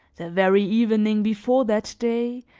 the very evening before that day,